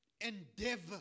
endeavor